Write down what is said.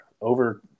over